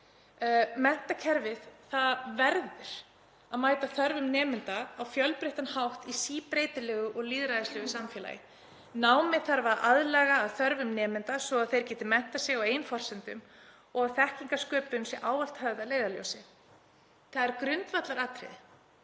Menntakerfið verður að mæta þörfum nemenda á fjölbreyttan hátt í síbreytilegu og lýðræðislegu samfélagi. Námið þarf að aðlaga að þörfum nemenda svo að þeir geti menntað sig á eigin forsendum og að þekkingarsköpun sé ávallt höfð að leiðarljósi. Það er grundvallaratriði